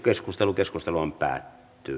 asian käsittely päättyi